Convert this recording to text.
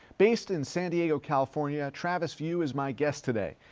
based in san diego, california, travis view is my guest today.